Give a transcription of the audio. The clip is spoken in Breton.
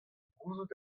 gouzout